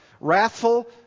wrathful